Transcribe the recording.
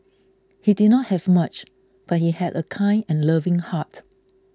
he did not have much but he had a kind and loving heart